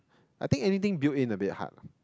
I think anything built in a bit hard